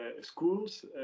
schools